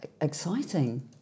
exciting